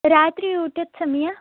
ರಾತ್ರಿ ಊಟದ ಸಮಯ